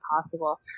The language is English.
possible